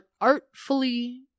artfully